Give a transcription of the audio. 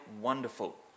wonderful